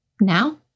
Now